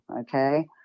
okay